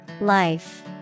Life